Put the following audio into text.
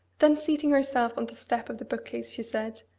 then seating herself on the step of the book-case, she said,